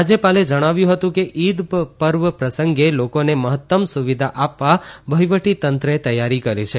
રાજ્યપાલે જણાવ્યું હતું કે ઇદ પર્વ પ્રસંગે લોકોને મહત્તમ સુવિધા આપવા વહિવટીતંત્રે તૈયારી કરી છે